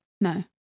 No